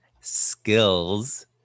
skills